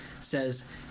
says